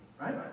right